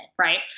Right